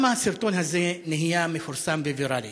למה הסרטון הזה נהיה מפורסם וויראלי?